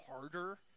harder